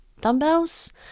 dumbbells